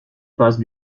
passe